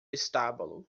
estábulo